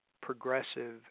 progressive